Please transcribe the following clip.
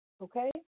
okay